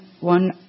one